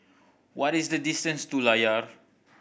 what is the distance to Layar